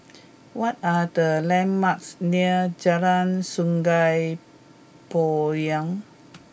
what are the landmarks near Jalan Sungei Poyan